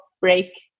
break